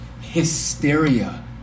hysteria